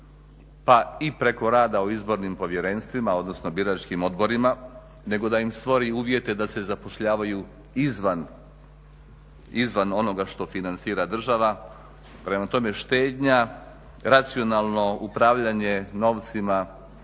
pa i preko rada u Izbornim povjerenstvima, odnosno biračkim odborima, nego da im stvori uvjete da se zapošljavaju izvan onoga što financira država, prema tome štednja, racionalno upravljanje novcima